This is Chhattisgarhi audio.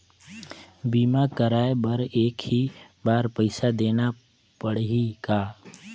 बीमा कराय बर एक ही बार पईसा देना पड़ही का?